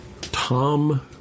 Tom